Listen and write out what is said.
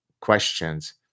questions